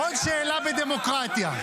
עוד שאלה בדמוקרטיה.